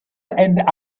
and